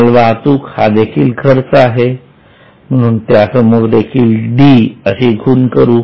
माल वाहतूक हा देखील खर्च आहे म्हणून त्या समोर देखील डी अशी खूण करू